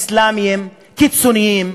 אסלאמים קיצונים,